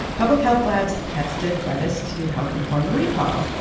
public health labs tested lettuce to help inform the recall.